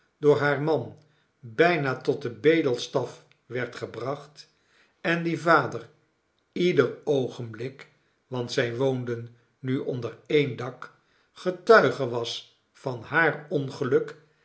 door haar man bijna tot den bedelstaf werd gebracht en die vader ieder oogenblik want zij woonden nu onder een dak getuige was van haar ongeluk